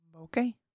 Okay